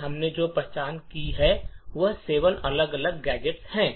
हमने जो पहचान की है वह 7 अलग अलग गैजेट्स हैं